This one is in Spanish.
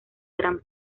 gran